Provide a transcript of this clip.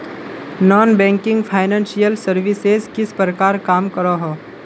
Non banking financial services किस प्रकार काम करोहो?